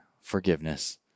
forgiveness